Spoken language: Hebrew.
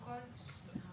בבקשה.